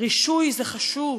רישוי זה חשוב,